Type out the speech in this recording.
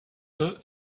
eux